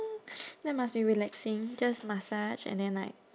that must be relaxing just massage and then like